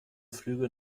flüge